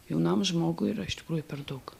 jaunam žmogui yra iš tikrųjų per daug